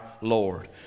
Lord